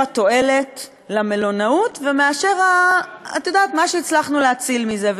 התועלת למלונאות ומאשר מה שהצלחנו להציל מזה.